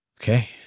Okay